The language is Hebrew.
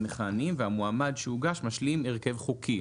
מכהנים והמועמד שהוגש משלים הרכב חוקי".